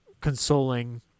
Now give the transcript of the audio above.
consoling